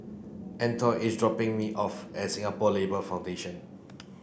Antione is dropping me off at Singapore Labour Foundation